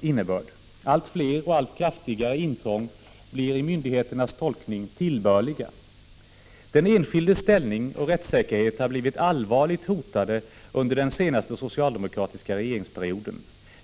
innebörd. Allt fler och allt kraftigare intrång blir i myndigheternas tolkning tillbörliga. Den enskildes ställning och rättssäkerhet har blivit allvarligt hotade under den senaste socialdemokratiska regeringsperioden.